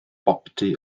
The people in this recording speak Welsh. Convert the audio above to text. boptu